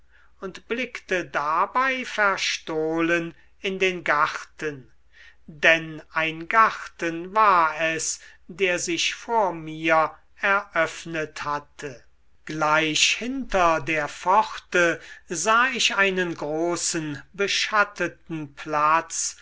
und blickte dabei verstohlen in den garten denn ein garten war es der sich vor mir eröffnet hatte gleich hinter der pforte sah ich einen großen beschatteten platz